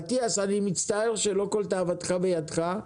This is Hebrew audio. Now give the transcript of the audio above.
אטיאס אני מצטער שלא כל תאוותך בידך,